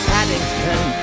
Paddington